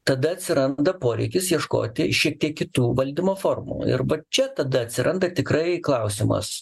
tada atsiranda poreikis ieškoti šiek tiek kitų valdymo formų ir čia tada atsiranda tikrai klausimas